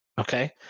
okay